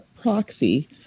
proxy